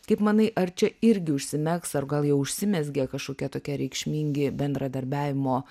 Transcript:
kaip manai ar čia irgi užsimegs ar gal jau užsimezgė kažkokia tokia reikšmingi bendradarbiavimo